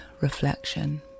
reflection